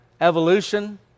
evolution